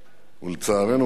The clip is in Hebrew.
ולצערנו הרב,